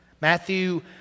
Matthew